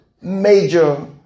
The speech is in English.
major